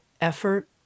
effort